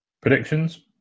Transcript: Predictions